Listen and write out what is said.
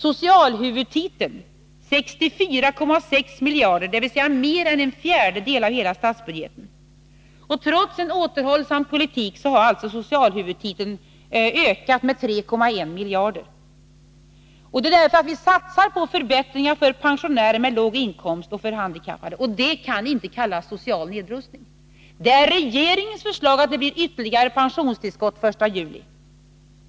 Socialhuvudtiteln upptar 64,6 miljarder kronor, dvs. mer än en fjärdedel av hela statsbudgeten. Trots en återhållsam politik har alltså socialhuvudtiteln ökat med 3,1 miljarder. Det har den gjort därför att vi satsar på förbättringar för pensionärer med låga inkomster och på handikappade. Man kan inte kalla det social nedrustning, när regeringens förslag har betytt ytterligare pensionstillskott den 1 juli.